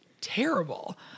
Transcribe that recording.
terrible